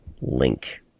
link